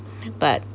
but